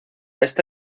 esta